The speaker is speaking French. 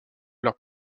leurs